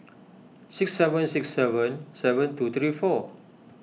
six seven six seven seven two three four